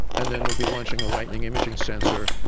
and then we'll be launching a lightning imaging sensor,